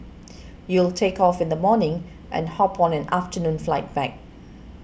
you'll take off in the morning and hop on an afternoon flight back